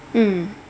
mm